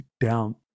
down